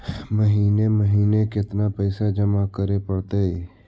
महिने महिने केतना पैसा जमा करे पड़तै?